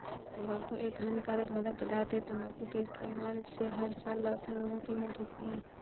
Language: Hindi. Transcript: तंबाकू एक हानिकारक मादक पदार्थ है, तंबाकू के इस्तेमाल से हर साल लाखों लोगों की मौत होती है